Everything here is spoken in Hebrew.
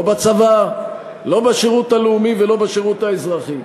לא בצבא, לא בשירות הלאומי ולא בשירות האזרחי,